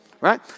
right